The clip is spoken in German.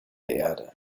erde